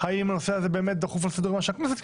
האם הנושא הזה באמת דחוף על סדר-יומה של הכנסת,